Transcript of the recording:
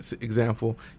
example